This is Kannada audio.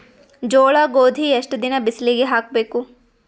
ಜೋಳ ಗೋಧಿ ಎಷ್ಟ ದಿನ ಬಿಸಿಲಿಗೆ ಹಾಕ್ಬೇಕು?